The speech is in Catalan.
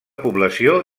població